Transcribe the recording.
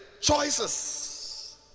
choices